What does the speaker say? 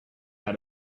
out